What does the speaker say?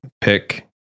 pick